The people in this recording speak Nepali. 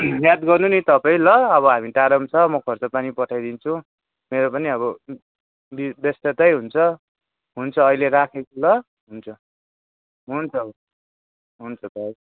याद गर्नु नि तपाईँ ल अब हामी टाढामा छ म खर्च पानी पठाइदिन्छु मेरो पनि अब बि व्यस्ततै हुन्छ हुन्छ अहिले राखेको ल हुन्छ हुन्छ हुन्छ हुन्छ बाई